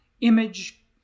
image